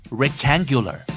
rectangular